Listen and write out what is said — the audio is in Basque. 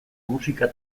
musika